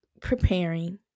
preparing